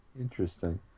Interesting